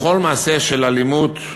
בכל מעשה של אלימות,